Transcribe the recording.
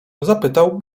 zapytał